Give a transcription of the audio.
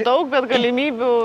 daug bet galimybių